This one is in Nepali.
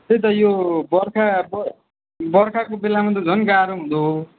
त्यही त यो बर्खा ब बर्खाको बेलामा त झन् गाह्रो हुँदो हो